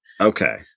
Okay